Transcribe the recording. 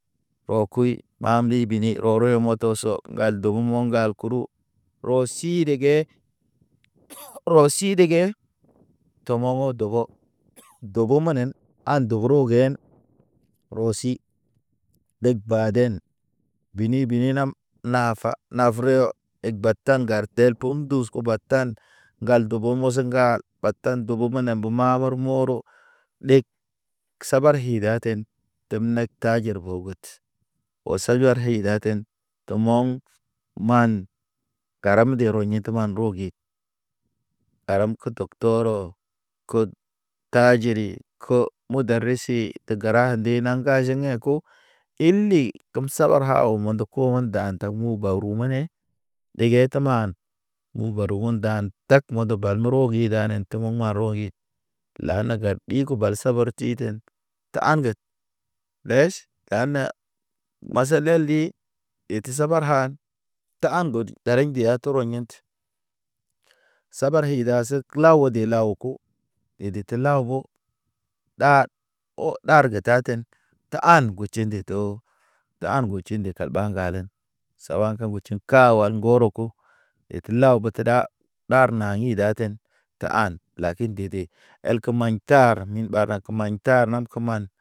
Ɔ kuy. Mam ri bini oro yo moto so, ŋgal domomo̰ ŋgal kuru. Rɔ si rege, rɔ ɗegen, tɔmɔ mɔ dɔgɔ. Dogo ma nen an dogo ro gen, ro si deg baden, bini bini nam, na fa na freyo. Ek batan ŋgar te el pum ndus o batan ŋgal dogo moso ŋgal, batan dogo mane bo ma ɓar moro. Dem nek kajer bogot, osojo ar hey da ten te mo̰ŋ man, karam de roɲi te man rogi. Aram ke dɔktoro kod, tajiri ko, mudaresi de gəra nde naŋ ŋga jeŋ eko. Ili kem sabar haw mondo; ho nda ndamuba ru mene, dege te man. Uba rugu ɗan tak modo bal nə rogi danen tə mem ma rogi. La na ga ɗi ge bal sabar titen tə angel ɗɛʃ an na masa ləl di, etu sabar han tahaan bod daraɲ be a turɔ yḛd sabar e dased klaw o de law ko, edete law ho. Ɗa o ɗar ge taten, ta han betʃi ndedo, de an betʃi nde tel ɓa ŋgalen. Sawaka betʃi ka wal ŋgoro ko, et law bete da ɗar na i da ten. Te an latil dede, elke maɲ tar ara min ɓaɓal ke maɲ tar na ke man.